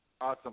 awesome